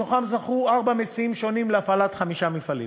מתוכם זכו ארבעה מציעים שונים להפעלת חמישה מפעלים.